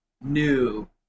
new